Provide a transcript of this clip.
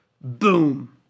boom